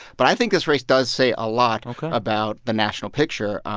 but i think this race does say a lot about the national picture.